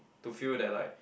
to feel that like